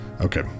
Okay